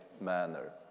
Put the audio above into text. manner